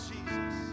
Jesus